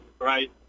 right